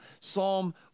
Psalm